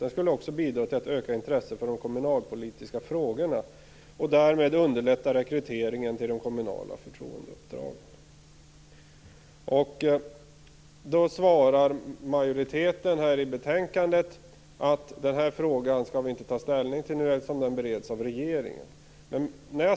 Det skulle också bidra till att öka intresset för de kommunalpolitiska frågorna och därmed underlätta rekryteringen till de kommunala förtroendeuppdragen." Majoriteten skriver i betänkandet att man inte skall ta ställning till frågan eftersom den bereds av regeringen.